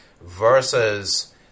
versus